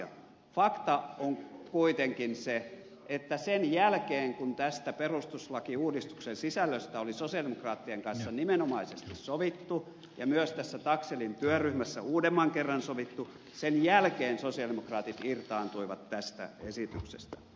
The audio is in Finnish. fakta on kuitenkin se että sen jälkeen kun tästä perustuslakiuudistuksen sisällöstä oli sosialidemokraattien kanssa nimenomaisesti sovittu ja myös tässä taxellin työryhmässä uudemman kerran sovittu sosialidemokraatit irtaantuivat tästä esityksestä